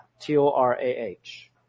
T-O-R-A-H